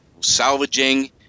salvaging